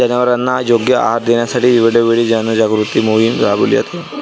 जनावरांना योग्य आहार देण्यासाठी वेळोवेळी जनजागृती मोहीम राबविली जाते